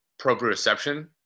proprioception